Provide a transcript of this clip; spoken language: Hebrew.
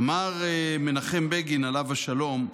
אמר מנחם בגין, עליו השלום: